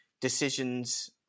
decisions